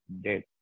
dead